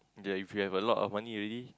yea if you have a lot of money already